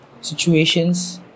Situations